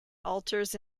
altars